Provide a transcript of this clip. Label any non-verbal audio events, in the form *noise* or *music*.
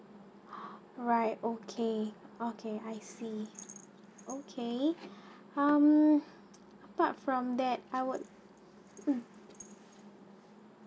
*breath* right okay okay I see okay hmm apart from that I would hmm